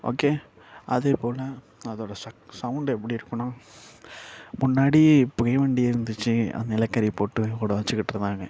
okay அதே போல் அதோடய சவுண்ட் எப்படி இருக்குதுன்னா முன்னாடி புகை வண்டி இருந்துச்சு நிலக்கரி போட்டு ஓட வச்சுகிட்டு இருந்தாங்க